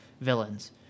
villains